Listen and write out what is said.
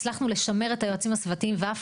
הצלחנו לשמר את היועצים הסביבתיים ואף